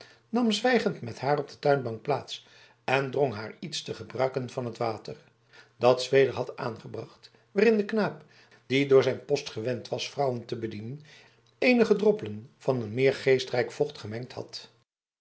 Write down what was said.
nam zwijgend met haar op de tuinbank plaats en drong haar iets te gebruiken van het water dat zweder had aangebracht en waarin de knaap die door zijn post gewend was vrouwen te bedienen eenige droppelen van een meer geestrijk vocht gemengd had